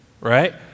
right